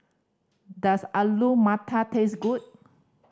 does Alu Matar taste good